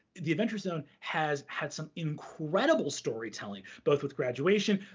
the adventure zone has had some incredible storytelling, both with graduation,